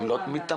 הם לא מתעמקים.